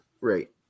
Right